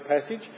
passage